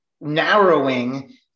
narrowing